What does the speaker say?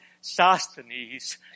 Sosthenes